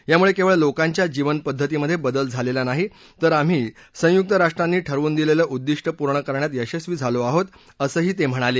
या मुळे केवळ लोकांच्या जीवन पद्धतीमध्ये बदल झाला नाहीं तर आम्ही संयुक राष्ट्र संघानं ठरवून दिलेलं उद्दिष्ट पूर्ण करण्यात आम्ही यशस्वी झालो आहोत असंही ते म्हणाले